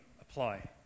apply